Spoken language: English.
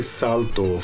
salto